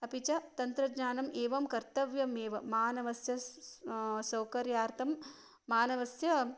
अपि च तन्त्रज्ञानम् एवं कर्तव्यमेव मानवस्य सौकर्यार्थं मानवस्य